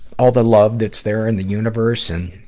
all the love that's there in the universe and,